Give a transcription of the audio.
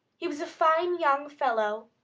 he was a fine young fellow.